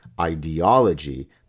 ideology